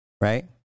right